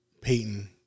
Peyton